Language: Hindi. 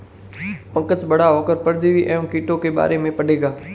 पंकज बड़ा होकर परजीवी एवं टीकों के बारे में पढ़ेगा